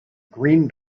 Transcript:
green